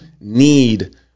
need